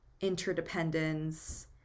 interdependence